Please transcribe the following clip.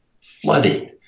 flooding